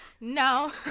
No